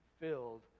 filled